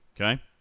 Okay